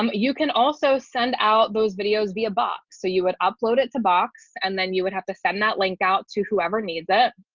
um you can also send out those videos via box. so you would upload it to box and then you would have to send that link out to whoever needs it.